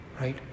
right